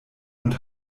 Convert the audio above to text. und